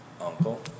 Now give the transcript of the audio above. Uncle